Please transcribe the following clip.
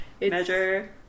measure